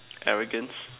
arrogance